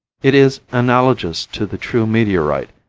it is analogous to the true meteorite,